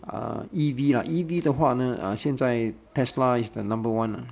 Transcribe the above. ah E_V lah E_V 的话呢 err 现在 tesla is the number one ah